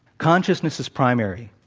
consciousness is primary.